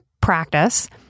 practice